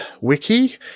wiki